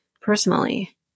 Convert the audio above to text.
personally